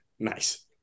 Nice